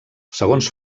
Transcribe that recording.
segons